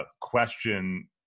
question